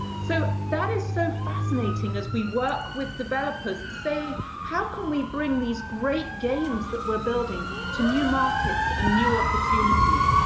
so that is so fascinating as we work with developers to say, how can we bring these great games that we're building to new markets and new opportunities?